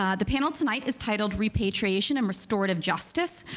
ah the panel tonight is titled repatriation and restorative justice,